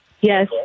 Yes